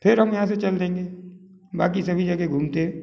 फिर हम यहाँ से चल देंगे बाक़ी सभी जगह घूमते है